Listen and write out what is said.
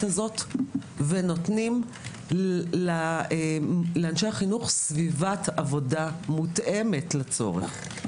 הזאת ונותנים לאנשי החינוך סביבת עבודה מותאמת לצורך.